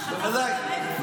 שחטף את המגפון?